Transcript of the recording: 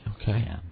okay